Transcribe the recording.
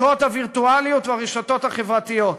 בכיכרות הווירטואליות וברשתות החברתיות.